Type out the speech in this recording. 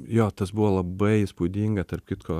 jo tas buvo labai įspūdinga tarp kitko